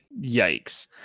Yikes